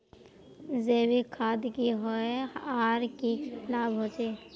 जैविक खाद की होय आर की की लाभ होचे?